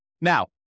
Now